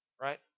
Right